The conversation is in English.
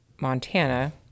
Montana